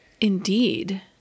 Indeed